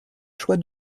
choix